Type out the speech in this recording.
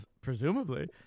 presumably